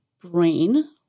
brain